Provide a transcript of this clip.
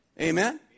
Amen